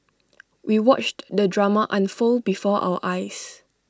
we watched the drama unfold before our eyes